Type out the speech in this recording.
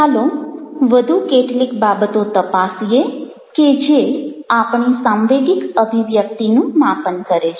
ચાલો વધુ કેટલીક બાબતો તપાસીએ કે જે આપણી સાંવેગિક અભિવ્યક્તિનું માપન કરે છે